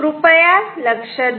तेव्हा कृपया लक्ष द्या